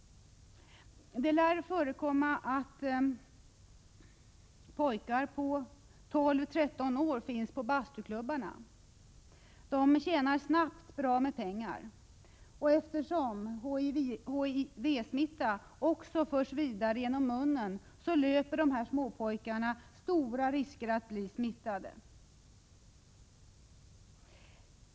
Det lär förekomma att pojkar på 12-13 år finns på bastuklubbarna. De tjänar snabbt bra med pengar. Eftersom HIV-smitta också förs vidare genom munnen löper dessa småpojkar stora risker att bli smittade.